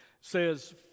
says